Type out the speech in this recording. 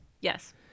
Yes